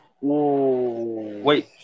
Wait